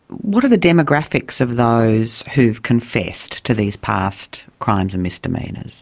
what are the demographics of those who have confessed to these past crimes and misdemeanours?